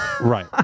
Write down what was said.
Right